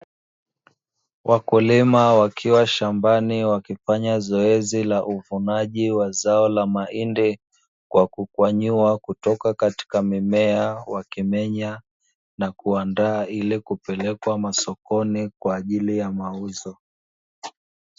Wakulima wakiwa shambani wakifanya zoezi la uvunaji wa zao la mahindi kwa kukwanyua kutoka katika mimea, wakimenya na kuandaa ili kupeleka sokoni kwa ajili ya mauzo.